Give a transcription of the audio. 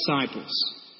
disciples